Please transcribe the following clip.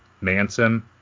Manson